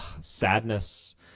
sadness